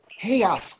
chaos